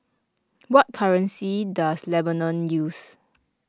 what currency does Lebanon use